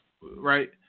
right